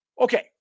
okay